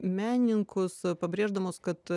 menininkus pabrėždamos kad